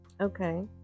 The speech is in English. okay